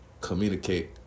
communicate